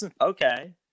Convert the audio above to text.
Okay